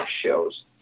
shows